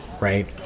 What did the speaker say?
right